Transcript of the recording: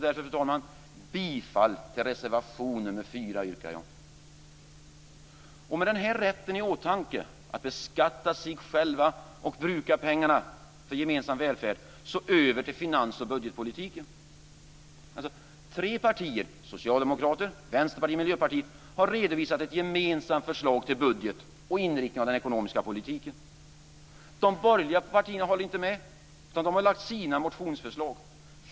Därför yrkar jag bifall till reservation nr 4. Med rätten att oss själva beskatta och att bruka pengarna för gemensam välfärd i åtanke går jag över till finans och budgetpolitiken. Tre partier - Socialdemokraterna, Vänsterpartiet och Miljöpartiet - har redovisat ett gemensamt förslag till budget och inriktning av den ekonomiska politiken. De borgerliga partierna instämmer inte i det utan har lagt fram sina motionsförslag.